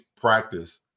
practice